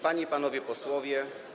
Panie i Panowie Posłowie!